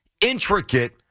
intricate